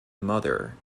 mother